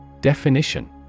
Definition